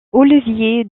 olivier